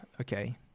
okay